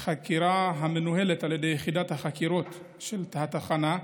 יש חקירה המנוהלת על ידי יחידת החקירות של התחנה.